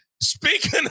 Speaking